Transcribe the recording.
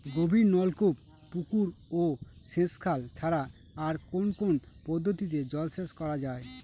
গভীরনলকূপ পুকুর ও সেচখাল ছাড়া আর কোন কোন পদ্ধতিতে জলসেচ করা যায়?